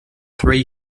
three